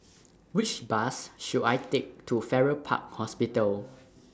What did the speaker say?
Which Bus should I Take to Farrer Park Hospital